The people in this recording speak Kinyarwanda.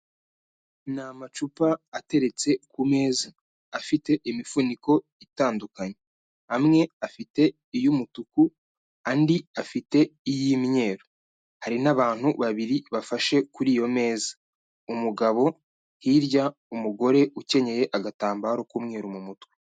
Ni amacupa ateretse ku meza afite imifuniko itandukanye, amwe afite iy'umutuku andi afite iy'imyeru. Hari n'abantu babiri bafashe kuri iyo meza, umugabo hirya umugore ukeneye agatambaro k'umweruru mu mutwe.